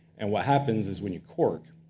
and what happens is when you cork,